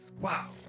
Wow